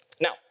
Now